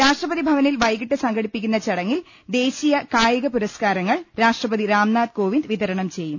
രാഷ്ട്രപതിഭവനിൽ വൈകിട്ട് സംഘടിപ്പിക്കുന്ന ചടങ്ങിൽ ദേശീയ കായിക പുരസ്കാരങ്ങൾ രാഷ്ട്രപതി രാംനാഥ് കോവിന്ദ് വിത രണം ചെയ്യും